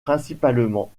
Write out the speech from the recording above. principalement